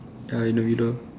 ya in the middle